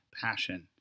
passion